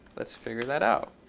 let's figure that out.